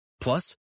Plus